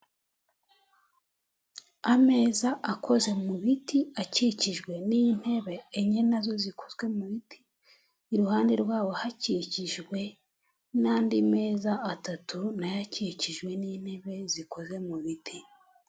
Ameza akoze mu biti, akikijwe n'intebe enye nazo zikozwe mu biti, iruhande rwabyo hakikijwe n'andi meza atatu, nayo akikijwe n'intebe zikoze mu biti.